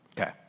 Okay